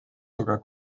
sogar